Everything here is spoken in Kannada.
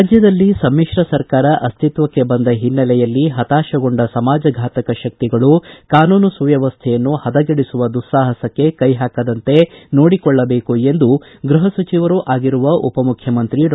ರಾಜ್ಯದಲ್ಲಿ ಸಮಿಶ್ರ ಸರ್ಕಾರ ಅಸ್ತಿತ್ವಕ್ಷೆ ಬಂದ ಹಿನ್ನೆಲೆಯಲ್ಲಿ ಪತಾಶಗೊಂಡ ಸಮಾಜಘಾತಕ ಶಕ್ತಿಗಳು ಕಾನೂನು ಸುವ್ಕವಸ್ಥೆಯನ್ನು ಪದಗೆಡಿಸುವ ದುಸ್ಲಾಪಸಕ್ಕೆ ಕೈ ಹಾಕದಂತೆ ನೋಡಿಕೊಳ್ಳಬೇಕೆಂದು ಗೃಹ ಸಚಿವರೂ ಆಗಿರುವ ಉಪಮುಖ್ಯಮಂತ್ರಿ ಡಾ